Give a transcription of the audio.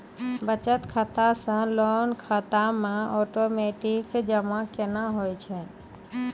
बचत खाता से लोन खाता मे ओटोमेटिक जमा केना होय छै?